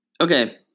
Okay